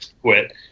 quit